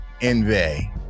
envy